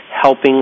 helping